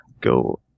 go